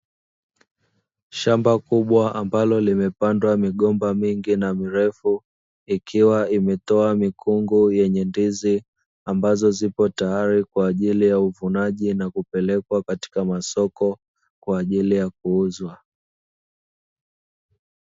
Shamba kubwa ambalo limepandwa migomba mingi na mirefu ikiwa imetoa mikungu ya ndizi, ambazo zipo tayari kwa ajili ya uvunaji nakupelekwa katika masoko kwa ajili ya kuuzwa.